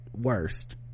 worst